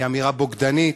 היא אמירה בוגדנית,